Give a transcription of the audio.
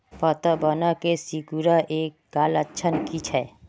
पतबन के सिकुड़ ऐ का लक्षण कीछै?